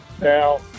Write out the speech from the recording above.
Now